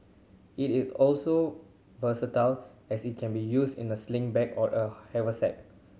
it is also versatile as it can be used in a sling bag or a haversack